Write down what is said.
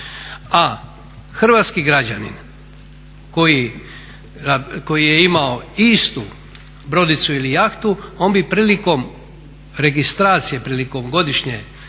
A hrvatski građanin koji je imao istu brodicu ili jahtu on bi prilikom registracije, prilikom godišnje